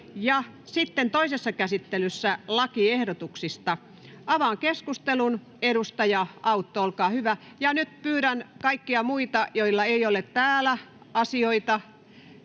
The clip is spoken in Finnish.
sitten toisessa käsittelyssä lakiehdotuksista. Avaan keskustelun. — Edustaja Autto, olkaa hyvä. Ja nyt pyydän kaikkia muita, joilla ei ole täällä asioita